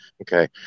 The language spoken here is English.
Okay